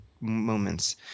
moments